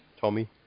Tommy